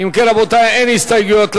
אם כן, רבותי, אין הסתייגויות לחוק,